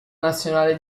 nazionale